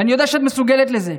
ואני יודע שאת מסוגלת לזה,